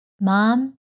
mom